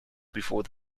before